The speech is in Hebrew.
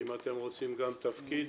אם אתם רוצים גם תפקיד,